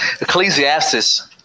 Ecclesiastes